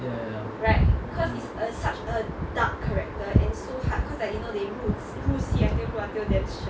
ya ya ya